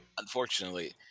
Unfortunately